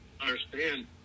Understand